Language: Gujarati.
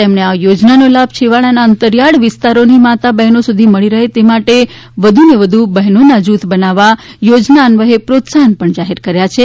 તેમણે આ યોજનાનો લાભ છેવાડાના અંતરિયાળ વિસ્તારોની માતા બહેનો સુધી મળી રહે તે માટે વધુને વધુ બહેનોના જૂથ બનાવવા યોજના અન્વયે પ્રોત્સાહન પણ જાહેર કર્યા છે